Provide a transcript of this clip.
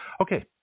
Okay